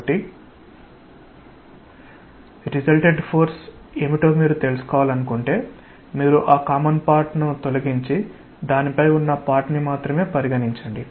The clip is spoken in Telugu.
కాబట్టి రిసల్టెంట్ ఫోర్స్ ఏమిటో మీరు తెలుసుకోవాలనుకుంటే మీరు ఆ కామన్ పార్ట్ ని తొలగించి దాని పైన ఉన్న పార్ట్ ని మాత్రమే పరిగణించండి